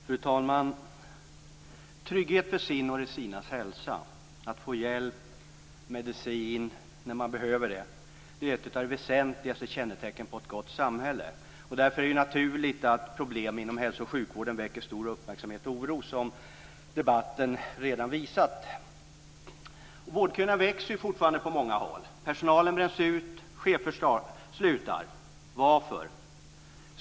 Fru talman! Att man känner trygghet när det gäller sin egen och de sinas hälsa och att man får hjälp och medicin när man behöver det är ett av de väsentligaste kännetecknen på ett gott samhälle. Därför är det naturligt att problemen inom hälso och sjukvården väcker stor uppmärksamhet och oro, som debatten redan har visat. Vårdköerna växer fortfarande på många håll. Personalen bränns ut, och chefer slutar. Varför?